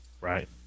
Right